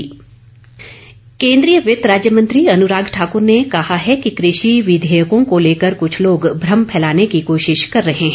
अनुराग ठाकुर केन्द्रीय वित्त राज्य मंत्री अनुराग ठाकर ने कहा है कि कृषि विधेयकों को लेकर कुछ लोग भ्रम फैलाने की कोशिश कर रहे हैं